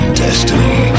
destiny